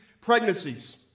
pregnancies